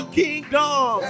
kingdom